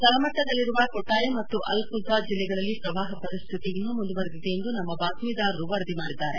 ತಳಮಟ್ಟದಲ್ಲಿರುವ ಕೊಟ್ಟಾಯಂ ಮತ್ತು ಆಲ್ಘುಝಾ ಜಿಲ್ಲೆಗಳಲ್ಲಿ ಶ್ರವಾಹ ಪರಿಸ್ಟಿತಿ ಇನ್ನೂ ಮುಂದುವರೆದಿದೆ ಎಂದು ನಮ್ನ ಬಾತ್ನೀದಾರರು ವರದಿ ಮಾಡಿದ್ದಾರೆ